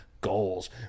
goals